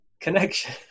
connection